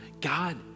God